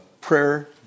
prayer